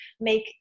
make